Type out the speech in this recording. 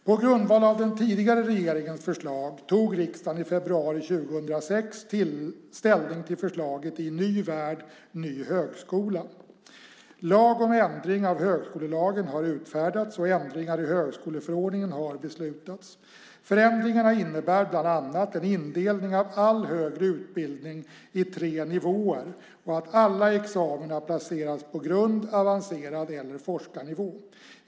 På grundval av den tidigare regeringens förslag tog riksdagen i februari 2006 ställning till förslagen i Ny värld - ny högskola . Lag om ändring av högskolelagen har utfärdats och ändringar i högskoleförordningen har beslutats. Förändringarna innebär bland annat en indelning av all högre utbildning i tre nivåer och att alla examina placeras på grundnivå, avancerad nivå eller forskarnivå.